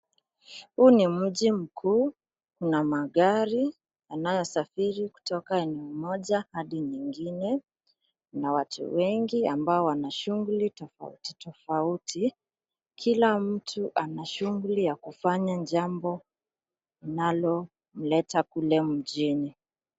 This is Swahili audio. Huu ni mji mkuu. Una magari yanayosafiri kutoka ni moja hadi nyingine, na watu wengi ambao wana shughuli tofauti tofauti. Kila mtu ana shughuli ya kufanya jambo linalomleta kule mjini.